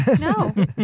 No